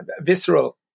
visceral